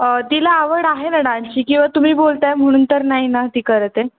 तिला आवड आहे ना डान्सची किंवा तुम्ही बोलत आहे म्हणून तर नाही ना ती करत आहे